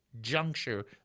juncture